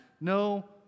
no